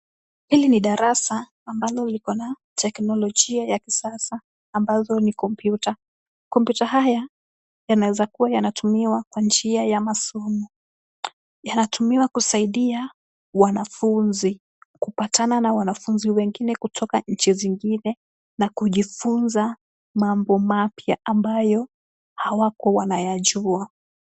Hili ni darasa ambalo liko na teknolojia ya kisasa ambazo ni kompyuta. Kompyuta haya yanaweza kuwa yanatumiwa kwa njia ya masomo. Yanatumiwa kusaidia wanafunzi kupatana na wanafunzi wengine kutoka nchi zingine na kujifunza mambo mapya ambayo hawakuwa wanayajua.